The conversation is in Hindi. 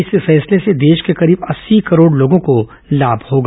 इस फैसले से देश के करीब अस्सी करोड़ लोगों को लाम होगा